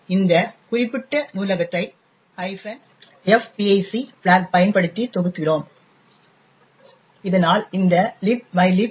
எனவே இந்த குறிப்பிட்ட நூலகத்தை fpic பிளாக் பயன்படுத்தி தொகுக்கிறோம் இதனால் இந்த libmylib pic